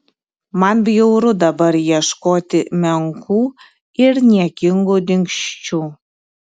man bjauru dabar ieškoti menkų ir niekingų dingsčių